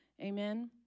Amen